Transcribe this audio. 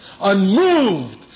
unmoved